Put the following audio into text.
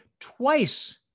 twice